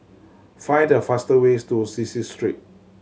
find the faster ways to Cecil Street